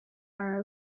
are